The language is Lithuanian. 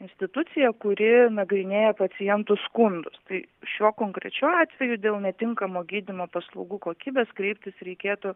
instituciją kuri nagrinėja pacientų skundus tai šiuo konkrečiu atveju dėl netinkamo gydymo paslaugų kokybės kreiptis reikėtų